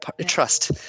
trust